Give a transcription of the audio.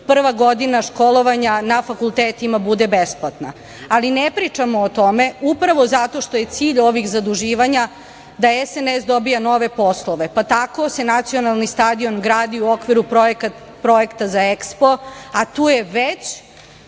prva godina školovanja na fakultetima bude besplatna. Ali, ne pričamo o tome, upravo zato što je cilj ovih zaduživanja da SNS dobija nove poslove, pa se tako nacionalni stadion gradi u okviru projekta za EKSPO, a tu je već